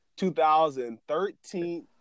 2013